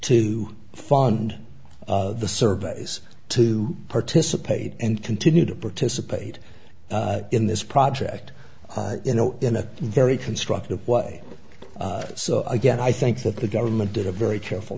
to fund the surveys to participate and continue to participate in this project you know in a very constructive way so again i think that the government did a very careful